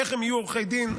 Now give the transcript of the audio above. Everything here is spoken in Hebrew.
איך הם יהיו עורכי דין?